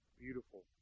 Beautiful